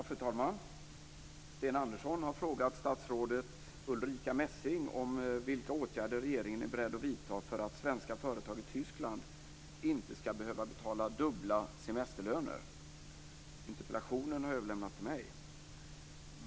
Fru talman! Sten Andersson har frågat statsrådet Ulrica Messing vilka åtgärder regeringen är beredd att vidta för att svenska företag i Tyskland inte skall behöva betala dubbla semesterlöner. Interpellationen har överlämnats till mig.